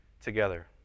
together